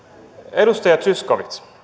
edustaja zyskowicz